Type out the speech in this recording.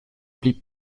pli